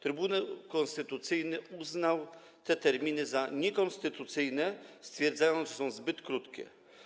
Trybunał Konstytucyjny uznał te terminy za niekonstytucyjne, stwierdzając, że są zbyt krótkie.